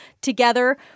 together